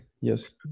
yes